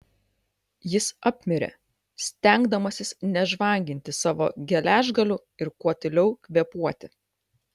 jis apmirė stengdamasis nežvanginti savo geležgalių ir kuo tyliau kvėpuoti